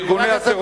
ארגוני הטרור ירו,